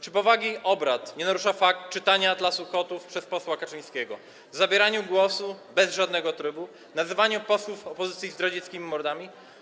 Czy powagi obrad nie narusza fakt czytania „Atlasu kotów” przez posła Kaczyńskiego, zabierania głosu bez żadnego trybu, nazywania posłów opozycji zdradzieckimi mordami?